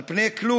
על פני כלום.